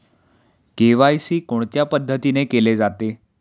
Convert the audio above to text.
KYC कोणत्या पद्धतीने केले जाते?